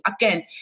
again